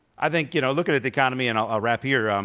i think, you know, looking at the economy, and i'll wrap here, um